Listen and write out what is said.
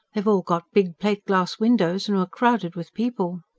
they've all got big plate-glass windows and were crowded with people.